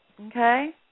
Okay